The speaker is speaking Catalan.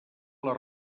les